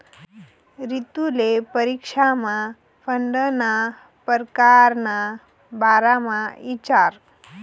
रितुले परीक्षामा फंडना परकार ना बारामा इचारं